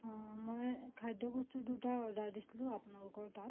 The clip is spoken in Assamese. মই খাদ্য বস্তুৰ দুটা অৰ্ডাৰ দিছিলোঁ আপোনালোকৰ তাত